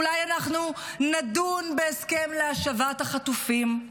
אולי אנחנו נדון בהסכם להשבת החטופים?